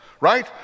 right